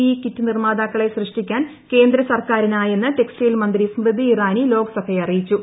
E kit നിർമാതാക്കളെ സൃഷ്ടിക്കാൻ കേന്ദ്ര സർക്കാരിനായെന്ന് ടെക്സറ്റൈൽ മന്ത്രി സ്മൃതി ഇറാനി ലോക്സഭയെ അറിയിച്ചു